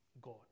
God